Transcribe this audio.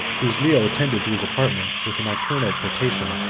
whom leo attended to his apartment with a nocturnal potation,